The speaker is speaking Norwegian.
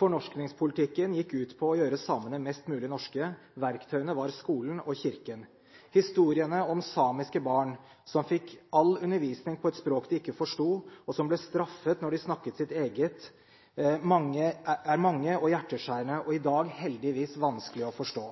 Fornorskningspolitikken gikk ut på å gjøre samene mest mulig norske. Verktøyene var skolen og Kirken. Historiene om samiske barn som fikk all undervisning på et språk de ikke forsto, og som ble straffet når de snakket sitt eget, er mange og hjerteskjærende og i dag heldigvis vanskelig å forstå.